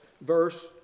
verse